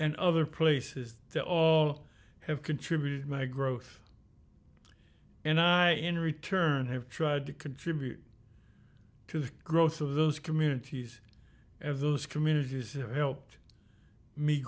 and other places that all have contributed my growth and i return have tried to contribute to the growth of those communities and those communities have helped me